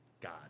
God